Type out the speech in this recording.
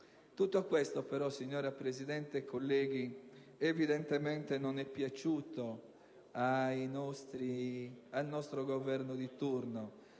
Tutto questo, però, signora Presidente, colleghi, non è piaciuto al nostro Governo di turno,